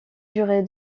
durer